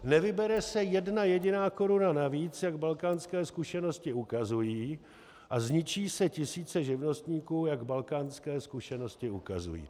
Nevybere se jedna jediná koruna navíc, jak balkánské zkušenosti ukazují, a zničí se tisíce živnostníků, jak balkánské zkušenosti ukazují.